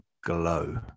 glow